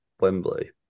Wembley